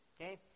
Okay